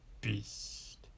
beast